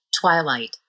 Twilight